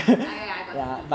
!aiya! I got see